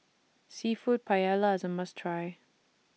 Seafood Paella IS A must Try